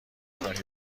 خود